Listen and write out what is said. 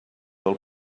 del